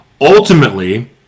Ultimately